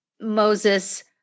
Moses